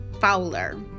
fowler